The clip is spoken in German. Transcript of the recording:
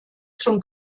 zum